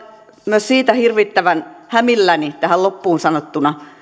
myös siitä hirvittävän hämilläni tähän loppuun sanottuna